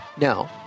No